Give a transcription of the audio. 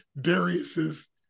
Darius's